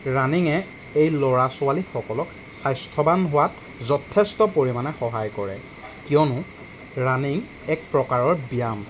ৰানিঙে এই ল'ৰা ছোৱালীসকলক স্বাস্থ্যৱান হোৱাত যথেষ্ট পৰিমাণে সহায় কৰে কিয়নো ৰানিং এক প্ৰকাৰৰ ব্যায়াম